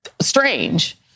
strange